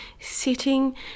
sitting